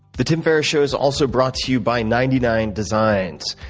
the tim ferriss show is also brought to you by ninety nine designs.